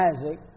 Isaac